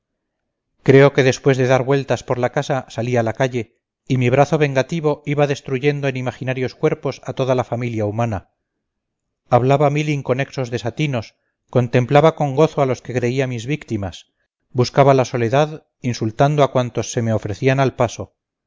creo que después de dar vueltas por la casa salí a la calle y mi brazo vengativo iba destruyendo en imaginarios cuerpos a toda la familia humana hablaba mil inconexos desatinos contemplaba con gozo a los que creía mis víctimas buscaba la soledad insultando a cuantos se me ofrecían al paso